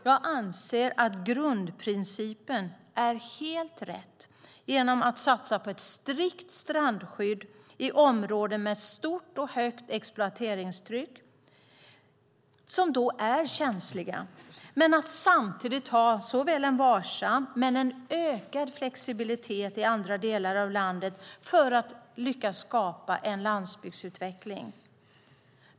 Jag anser att grundprincipen är helt rätt: att satsa på ett strikt strandskydd i områden med ett stort och högt exploateringstryck och områden som är känsliga, men att samtidigt ha såväl en varsam som ökad flexibilitet i andra delar av landet för att lyckas skapa en landsbygdsutveckling.